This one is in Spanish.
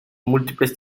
múltiples